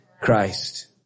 Christ